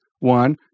One